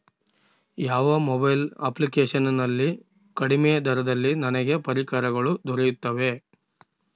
ಯಾವ mobile application ನಲ್ಲಿ ಕಡಿಮೆ ದರದಲ್ಲಿ ನನಗೆ ಪರಿಕರಗಳು ದೊರೆಯುತ್ತವೆ?